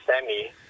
semi